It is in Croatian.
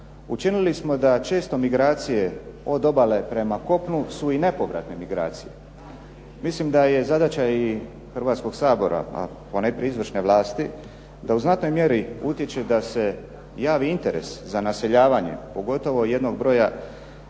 učinili smo da često migracije od obale prema kopnu su i nepovratne migracije. Mislim da je zadaća i Hrvatskog sabora, a ponajprije izvršne vlasti, da u znatnoj mjeri utječe da se javi interes za naseljavanje, pogotovo jednog broja